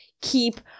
keep